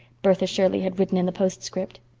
bertha shirley had written in the postscript.